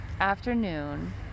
afternoon